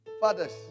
Fathers